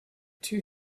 two